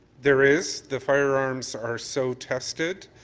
there is. the firearms are so tested.